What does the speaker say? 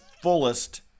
fullest